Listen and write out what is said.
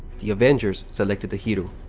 the avengers selected the hiryu.